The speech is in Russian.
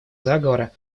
заговора